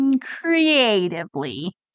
creatively